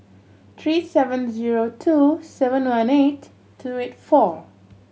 three seven zero two seven one eight two eight four